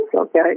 okay